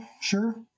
sure